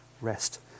rest